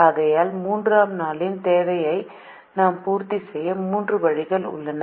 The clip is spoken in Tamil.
ஆகையால் 3 ஆம் நாளின் தேவையை நாம் பூர்த்தி செய்ய 3 வழிகள் உள்ளன